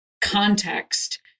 context